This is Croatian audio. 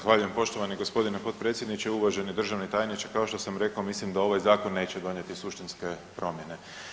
Zahvaljujem poštovani g. potpredsjedniče, uvaženi državni tajniče, kao što sam rekao, mislim da ovaj Zakon neće donijeti suštinske promjene.